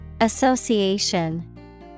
Association